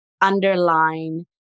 underline